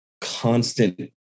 constant